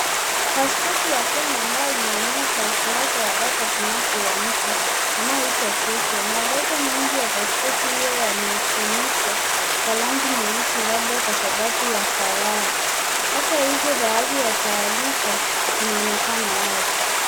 Pasipoti ya Kenya ambayo inaonyesha ukurasa wa data binafsi ya mtu anaye litwa Joshua. Maelezo mengi yamefunikwa kwa rangi nyeusi labda kwa sababu ya faraya ata hivyo baadhi ya taarifa zinaonekana wazi.